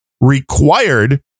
required